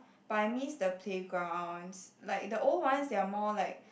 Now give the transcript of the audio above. but I miss the playgrounds like the old ones they are more like